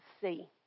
see